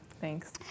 Thanks